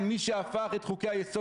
לומר לכם שהאכזבה דילגה מעליי?